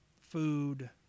food